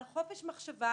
על חופש המחשבה,